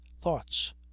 thoughts